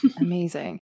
Amazing